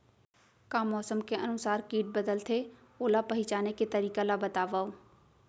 का मौसम के अनुसार किट बदलथे, ओला पहिचाने के तरीका ला बतावव?